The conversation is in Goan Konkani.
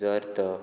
जर तो